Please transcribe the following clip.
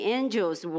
angels